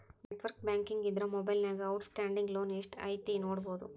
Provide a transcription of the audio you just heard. network banking ಇದ್ರ ಮೊಬೈಲ್ನ್ಯಾಗ outstanding loan ಎಷ್ಟ್ ಐತಿ ನೋಡಬೋದು